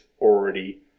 already